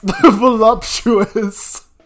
voluptuous